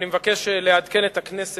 אני מבקש לעדכן את הכנסת